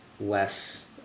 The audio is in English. less